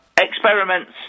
Experiments